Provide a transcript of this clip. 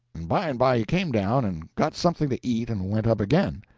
and by and by he came down and got something to eat and went up again.